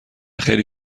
خیلی